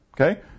Okay